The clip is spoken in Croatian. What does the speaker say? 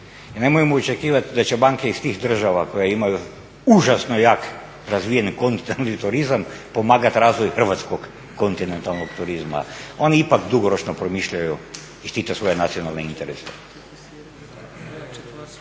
nemojmo očekivati da će banke iz tih država koje imaju užasno jak razvijeni kontinentalni turizam pomagat razvoju hrvatskog kontinentalnog turizma. Oni ipak dugoročno promišljaju i štite svoje nacionalne interese.